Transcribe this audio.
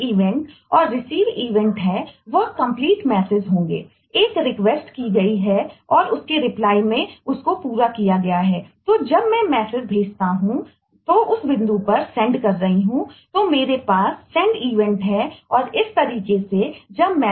इवेंट्सहै